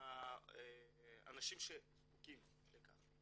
לאנשים שזקוקים לכך.